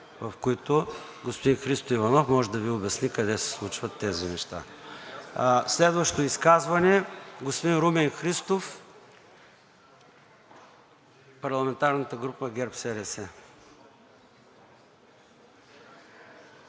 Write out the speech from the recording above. в които, господин Христо Иванов може да Ви обясни къде се случват тези неща. Следващо изказване – господин Румен Христов от парламентарната група на ГЕРБ-СДС.